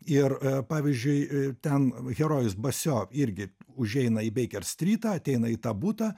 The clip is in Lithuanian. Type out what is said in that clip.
ir pavyzdžiui e ten herojus basio irgi užeina į beiker strytą ateina į tą butą